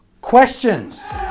questions